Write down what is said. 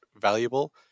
valuable